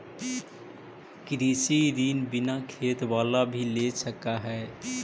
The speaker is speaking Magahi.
कृषि ऋण बिना खेत बाला भी ले सक है?